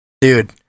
dude